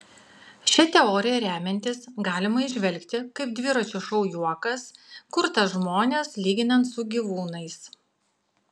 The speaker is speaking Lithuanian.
šia teorija remiantis galima įžvelgti kaip dviračio šou juokas kurtas žmones lyginant su gyvūnais